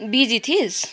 busy थिइस्